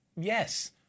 yes